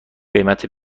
قیمت